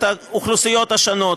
האוכלוסיות השונות,